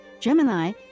Gemini